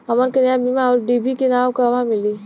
हमन के नया बीया आउरडिभी के नाव कहवा मीली?